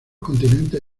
continentes